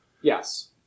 Yes